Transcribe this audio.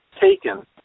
taken